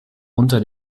unter